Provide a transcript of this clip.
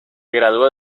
graduó